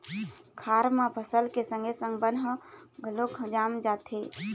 खार म फसल के संगे संग बन ह घलोक जाम जाथे